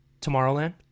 tomorrowland